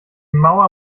mauer